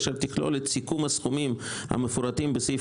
אשר תכלול את סיכום הסכומים המפורטים בסעיף